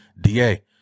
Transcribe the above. DA